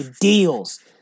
deals